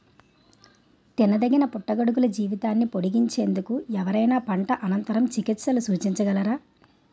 తినదగిన పుట్టగొడుగుల జీవితాన్ని పొడిగించేందుకు ఎవరైనా పంట అనంతర చికిత్సలను సూచించగలరా?